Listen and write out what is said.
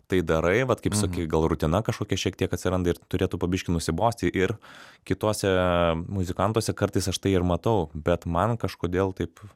tai darai vat kaip sakei gal rutina kažkokia šiek tiek atsiranda ir turėtų po biškį nusibosti ir kituose muzikantuose kartais aš tai ir matau bet man kažkodėl taip